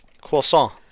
Croissant